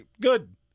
good